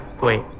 Wait